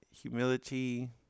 humility